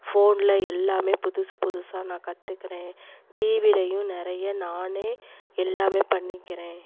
ஃபோனில் எல்லாமே புதுசு புதுசாக நான் கற்றுக்கறேன் டிவிலையும் நிறைய நானே எல்லாமே பண்ணிக்கிறேன்